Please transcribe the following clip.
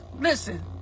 listen